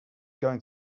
going